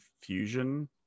fusion